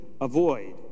avoid